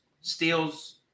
steals